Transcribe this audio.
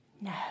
No